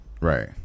Right